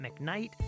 McKnight